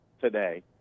today